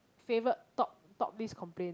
favourite top top list complain